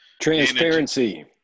Transparency